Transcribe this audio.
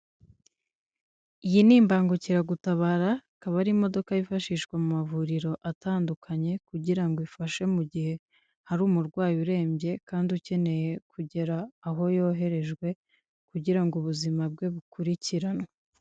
Iyi ni imbangukiragutabara ikaba ari imodoka yifashishwa mu mavuriro atandukanye kugira ngo ifashe mu gihe hari umurwayi urembye kandi ukeneye kugera aho yoherejwe kugira ngo ubuzima bwe bukurikiranwe.